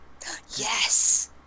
yes